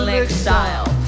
exile